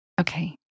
Okay